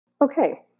Okay